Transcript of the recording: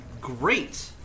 great